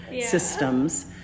systems